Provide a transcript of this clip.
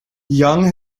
young